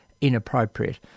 inappropriate